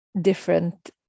different